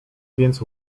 więc